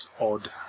odd